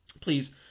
Please